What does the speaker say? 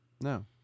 No